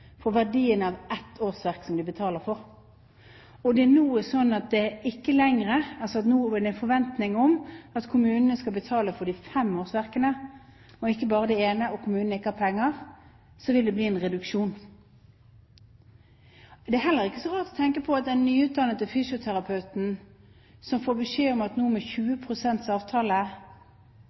for verdien av ett årsverk som de betaler for, og det nå er en forventning om at kommunen skal betale for de fem årsverkene og ikke bare det ene, og kommunen ikke har penger, vil det bli en reduksjon. Det er heller ikke så rart å tenke seg den nyutdannede fysioterapeuten som får beskjed om en 20 pst. avtale. Den avtalen kommer jo til å fortsette, men med 20 pst. avtale